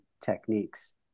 techniques